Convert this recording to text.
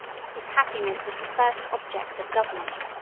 whose happiness is the first object of government.